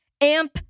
Amp